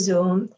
Zoom